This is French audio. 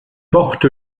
porte